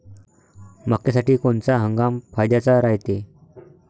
मक्क्यासाठी कोनचा हंगाम फायद्याचा रायते?